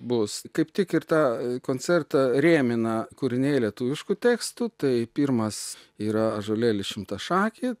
bus kaip tik ir tą koncertą rėmina kūriniai lietuviškų tekstų tai pirmas yra ąžuolėli šimtašaki